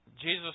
Jesus